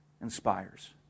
inspires